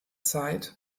zeit